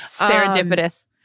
Serendipitous